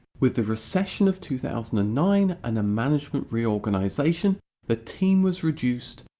with the recession of two thousand and nine and a management re-organization the team was reduced,